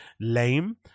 lame